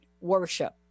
worship